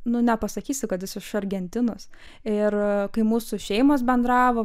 nu nepasakysi kad jis iš argentinos ir kai mūsų šeimos bendravo